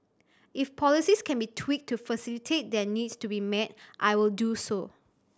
if policies can be tweaked to facilitate their needs to be met I will do so